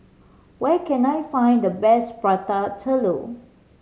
where can I find the best Prata Telur